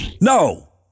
No